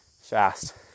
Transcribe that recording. fast